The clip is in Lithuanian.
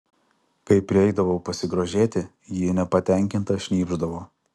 kai prieidavau pasigrožėti ji nepatenkinta šnypšdavo